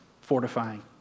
fortifying